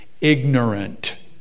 ignorant